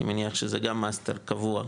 אני מניח שזה גם מסטר קבוע,